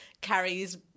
Carrie's